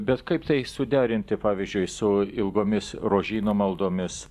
bet kaip tai suderinti pavyzdžiui su ilgomis rožyno maldomis